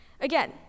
Again